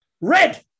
Red